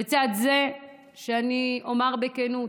לצד זה אני אומר בכנות